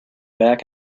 back